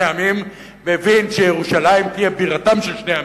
עמים מבין שירושלים תהיה בירתם של שני עמים,